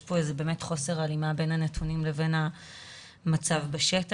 יש פה באמת איזשהו חוסר הלימה בין הנתונים לבין המצב בשטח.